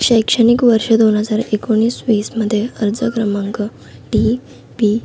शैक्षणिक वर्ष दोन हजार एकोणीस वीसमध्ये अर्ज क्रमांक डी पी